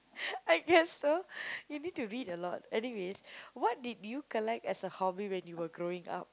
I guess so you need to read a lot anyway what did you collect as a hobby when you were growing up